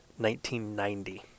1990